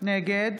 נגד